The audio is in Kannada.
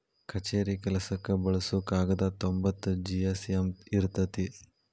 ಕಛೇರಿ ಕೆಲಸಕ್ಕ ಬಳಸು ಕಾಗದಾ ತೊಂಬತ್ತ ಜಿ.ಎಸ್.ಎಮ್ ಇರತತಿ